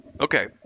Okay